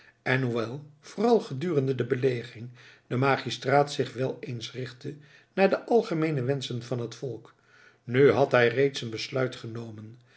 en hoewel vooral gedurende de belegering de magistraat zich wel eens richtte naar de algemeene wenschen van het volk nu had hij reeds een besluit genomen